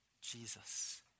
Jesus